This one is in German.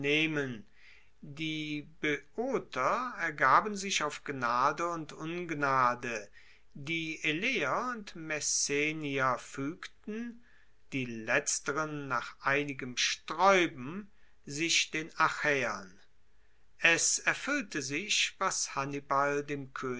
die boeoter ergaben sich auf gnade und ungnade die eleer und messenier fuegten die letzteren nach einigem straeuben sich den achaeern es erfuellte sich was hannibal